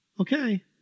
Okay